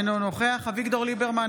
אינו נוכח אביגדור ליברמן,